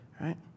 right